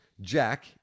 Jack